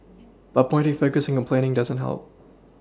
but pointing fingers and complaining doesn't help